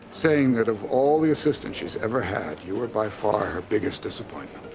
saying that of all the assistants she's ever had, you were, by far, her biggest disappointment.